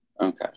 Okay